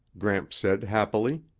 gramps said happily.